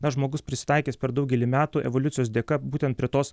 na žmogus prisitaikęs per daugelį metų evoliucijos dėka būtent prie tos